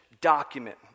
document